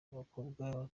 umukobwa